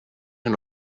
hyn